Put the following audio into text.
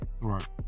right